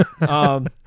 Um-